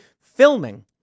filming